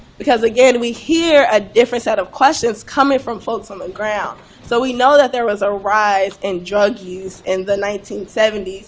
because again we hear a different set of questions coming from folks on the ground. so we know that there was a rise in drug use in the nineteen seventy s.